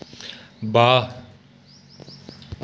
वाह्